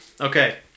Okay